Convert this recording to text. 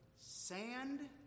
sand